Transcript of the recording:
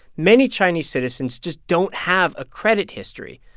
many chinese citizens just don't have a credit history,